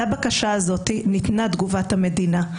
לבקשה הזאת ניתנה תגובת המדינה.